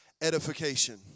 edification